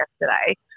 yesterday